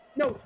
no